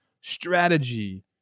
strategy